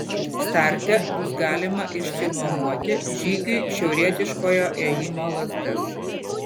starte bus galima išsinuomoti žygiui šiaurietiškojo ėjimo lazdas